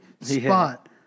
spot